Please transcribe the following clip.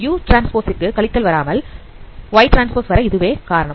u transpose ற்கு கழித்தல் வராமல் yT வர இதுவே காரணம்